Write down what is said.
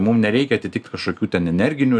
mum nereikia atitikt kažkokių ten energinių